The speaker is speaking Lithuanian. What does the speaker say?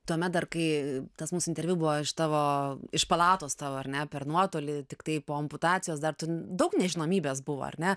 tuomet dar kai tas mūsų interviu buvo iš tavo iš palatos tau ar ne per nuotolį tiktai po amputacijos dar daug nežinomybės buvo ar ne